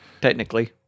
technically